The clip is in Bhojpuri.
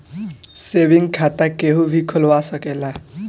सेविंग खाता केहू भी खोलवा सकेला